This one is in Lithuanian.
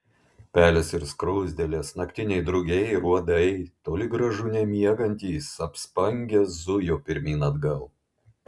pelės ir skruzdėlės naktiniai drugiai ir uodai toli gražu nemiegantys apspangę zujo pirmyn atgal